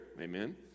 Amen